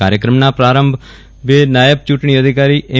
કાર્યક્રમના પ્રારંભ નાયબ ચૂંટણી અઘિકારી એમ